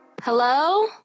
Hello